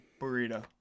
Burrito